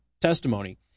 testimony